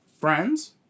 Friends